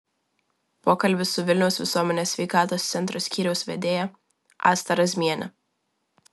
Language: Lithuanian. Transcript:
pokalbis su vilniaus visuomenės sveikatos centro skyriaus vedėja asta razmiene